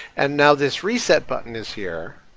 and now this reset button is here,